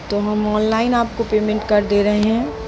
तो हम ऑनलाइन आपको पेमेंट कर दे रहे हैं